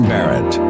Barrett